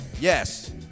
Yes